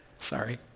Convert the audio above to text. Sorry